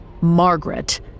Margaret